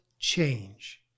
change